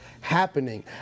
happening